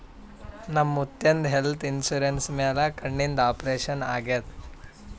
ನಮ್ ಮುತ್ಯಾಂದ್ health insurance ಮ್ಯಾಲ ಕಣ್ಣಿಂದ್ ಆಪರೇಷನ್ ಆಗ್ಯಾದ್